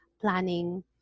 planning